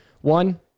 One